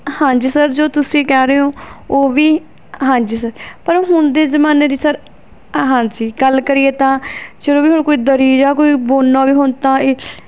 ਹਾਂਜੀ ਸਰ ਜੋ ਤੁਸੀਂ ਕਹਿ ਰਹੇ ਹੋ ਉਹ ਵੀ ਹਾਂਜੀ ਸਰ ਪਰ ਉਹ ਹੁਣ ਦੇ ਜ਼ਮਾਨੇ ਦੀ ਸਰ ਆ ਹਾਂਜੀ ਗੱਲ ਕਰੀਏ ਤਾਂ ਜਦੋਂ ਵੀ ਹੁਣ ਕੋਈ ਦਰੀ ਜਾਂ ਕੋਈ ਬੁਣਨਾ ਹੋਵੇ ਹੁਣ ਤਾਂ